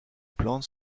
plantes